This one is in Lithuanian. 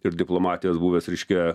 ir diplomatijos buvęs reiškia